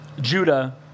Judah